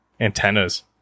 Antennas